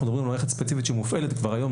מדברים על מערכת ספציפית שמופעלת כבר היום,